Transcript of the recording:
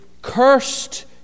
Cursed